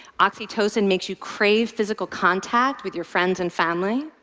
oxytocin makes you crave physical contact with your friends and family.